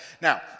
Now